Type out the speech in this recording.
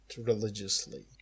religiously